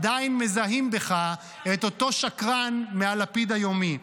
--- עדיין מזהים בך את אותו שקרן מהלפיד היומי.